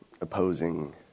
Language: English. Opposing